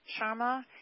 Sharma